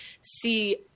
see